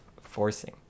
forcing